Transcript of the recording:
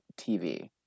TV